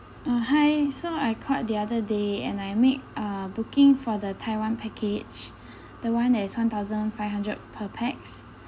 uh hi so I called the other day and I make uh booking for the taiwan package the one that is one thousand five hundred per pax